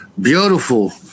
Beautiful